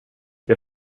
jag